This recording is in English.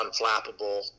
unflappable